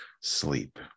sleep